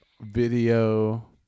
video